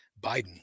Biden